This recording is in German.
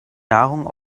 nahrung